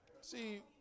See